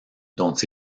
dont